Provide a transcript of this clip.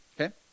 Okay